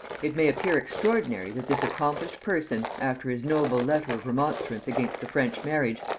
it may appear extraordinary that this accomplished person, after his noble letter of remonstrance against the french marriage,